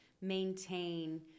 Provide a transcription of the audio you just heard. maintain